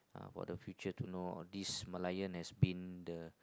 what are the feature to know on this Merlion as been the